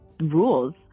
rules